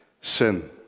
sin